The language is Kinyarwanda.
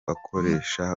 akoresha